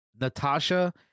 Natasha